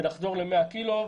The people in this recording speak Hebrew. ונחזור ל-100 קילו.